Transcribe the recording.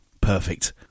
perfect